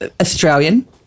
Australian